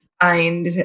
find